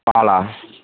Bala